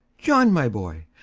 john, my boy,